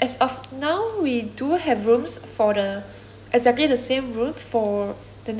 as of now we do have rooms for the exactly the same room for the next day